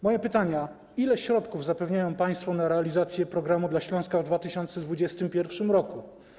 Moje pytania: Ile środków zapewniają państwo na realizację „Programu dla Śląska” w 2021 r.